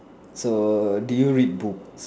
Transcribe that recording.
so did you read books